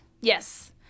Yes